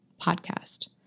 podcast